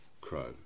crow